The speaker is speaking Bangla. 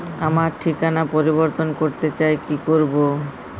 আমার ঠিকানা পরিবর্তন করতে চাই কী করব?